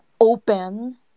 open